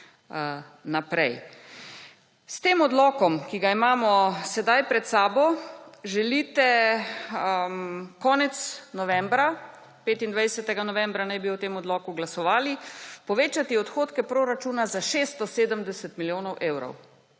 naprej. S tem odlokom, ki ga imamo sedaj pred sabo, želite konec novembra, 25. novembra naj bi o tem odloku glasovali, povečati odhodke proračuna za 670 milijonov evrov